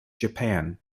japan